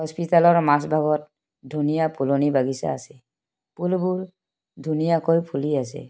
হস্পিতালৰ মাজভাগত ধুনীয়া ফুলনি বাগিচা আছে ফুলবোৰ ধুনীয়াকৈ ফুলি আছে